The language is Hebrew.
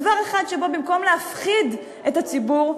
דבר אחד שבו במקום להפחיד את הציבור,